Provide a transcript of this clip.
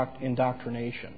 indoctrination